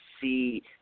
see